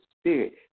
Spirit